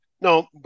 No